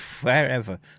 wherever